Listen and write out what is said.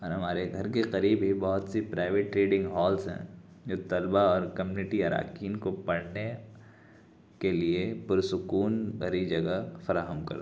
اور ہمارے گھر کے قریب ہی بہت سی پرائیویٹ ریڈنگ ہالس ہیں جو طلبہ اور کمیونٹی اراکین کو پڑھنے کے لیے پرسکون بھری جگہ فراہم کرتے ہیں